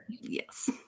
Yes